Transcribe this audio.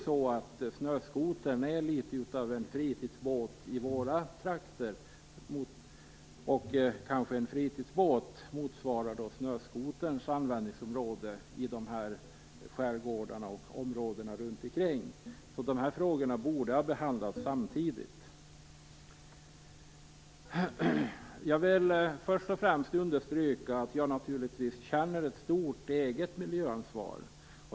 Snöskotern är litet av en fritidsbåt i våra trakter, och en fritidsbåt motsvarar kanske en snöskoter i skärgårdarna. De här frågorna borde ha behandlats samtidigt. Jag vill först och främst understryka att jag naturligtvis känner ett stort eget miljöansvar.